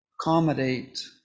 accommodate